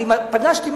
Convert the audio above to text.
אני פגשתי מישהו,